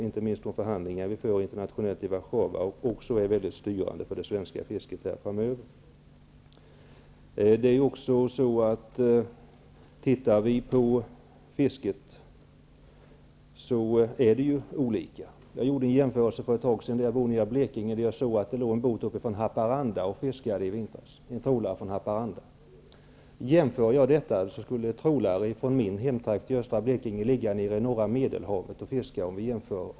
Inte minst de förhandlingar som vi för internationellt i Warszawa är också väldigt styrande för det svenska fisket framöver. Förhållandena är ju olika. Jag bor nere i Blekinge, och i vintras såg jag att det låg en trålare från Haparanda och fiskade där. Om man jämför avstånden till fartygens hemmahamnar är det jämförbart med att trålare från min hemtrakt i östra Blekinge skulle ligga nere i norra Medelhavet och fiska.